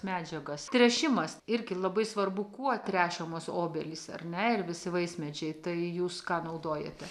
medžiagas tręšimas irgi labai svarbu kuo tręšiamos obelys ar ne ir visi vaismedžiai tai jūs ką naudojate